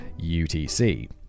utc